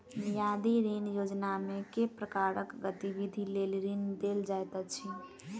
मियादी ऋण योजनामे केँ प्रकारक गतिविधि लेल ऋण देल जाइत अछि